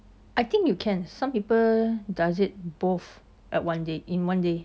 I think you can some people does it both at one day in one day